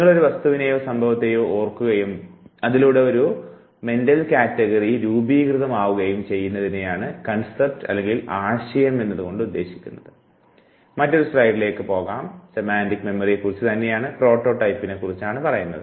നിങ്ങൾ ഒരു വസ്തുവിനെയോ സംഭവത്തെയോ ഓർക്കുകയും അതിലൂടെ ഒരു മാനസിക വിഭാഗം രൂപീകരിക്കുന്നതിനെയാണ് ആശയം എന്നതുകൊണ്ട് ഉദ്ദേശിക്കുന്നത്